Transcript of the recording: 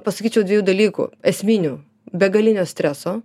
pasakyčiau dviejų dalykų esminių begalinio streso